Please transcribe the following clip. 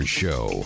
show